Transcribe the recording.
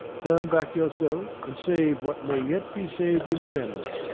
turn back yourself, and save what may yet be saved in him.